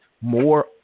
more